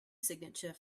signature